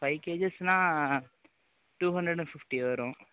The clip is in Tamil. ஃபைவ் கேஜிஸ்ன்னா டூ ஹண்ட்ரட் அண்ட் ஃபிஃப்ட்டி வரும்